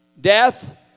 Death